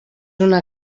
una